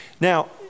Now